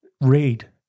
read